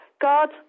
God